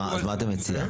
אז מה אתה מציע?